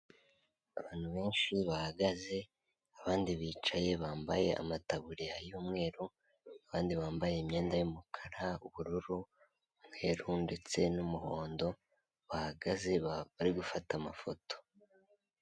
Abantu benshi bahagaze abandi bicaye bambaye amataburiya y'umweru, abandi bambaye imyenda y'umukara, ubururu n'umweruru ndetse n'umuhondo bahagaze bari gufata amafoto.